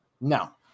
No